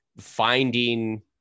finding